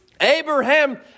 Abraham